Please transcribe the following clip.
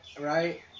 right